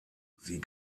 sie